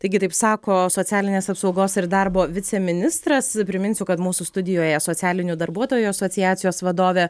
taigi taip sako socialinės apsaugos ir darbo viceministras priminsiu kad mūsų studijoje socialinių darbuotojų asociacijos vadovė